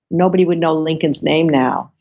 nobody would know lincoln's name now.